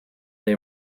they